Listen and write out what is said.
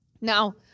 Now